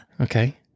Okay